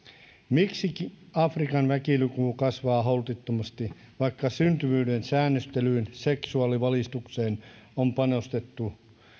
miksi afrikan väkiluku kasvaa holtittomasti vaikka syntyvyyden säännöstelyyn seksuaalivalistukseen on panostettu